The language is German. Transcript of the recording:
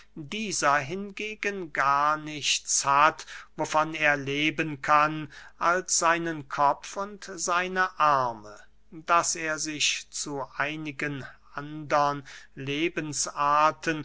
dieser hingegen gar nichts hat wovon er leben kann als seinen kopf und seine arme daß er sich zu einigen andern lebensarten